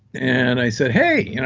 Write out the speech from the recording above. and i said, hey,